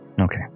Okay